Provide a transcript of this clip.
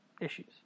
issues